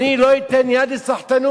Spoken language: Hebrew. אני לא אתן יד לסחטנות.